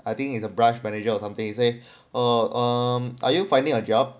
I think it's a branch manager or something say err um are you finding a job